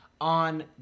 on